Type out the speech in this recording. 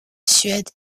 suède